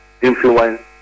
influence